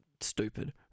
stupid